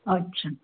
अच्छा